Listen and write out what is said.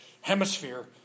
hemisphere